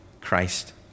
Christ